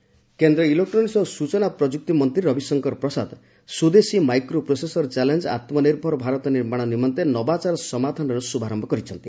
ସ୍ୱଦେଶୀ challenge କେନ୍ଦ୍ର ଇଲେକ୍ରୋନିକ୍କୁ ଓ ସୂଚନା ପ୍ରଯୁକ୍ତି ମନ୍ତ୍ରୀ Ravishankar Prasad Swadeshi micro processor challenge Atmanirbhar Bharat ନିର୍ମାଣ ନିମନ୍ତେ ନବାଚାର ସମାଧାନର ଶ୍ରଭାରମ୍ଭ କରିଛନ୍ତି